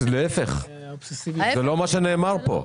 להפך, זה לא מה שנאמר פה.